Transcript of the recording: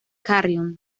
carrión